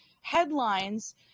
headlines